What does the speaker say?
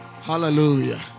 Hallelujah